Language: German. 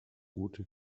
gute